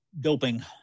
Doping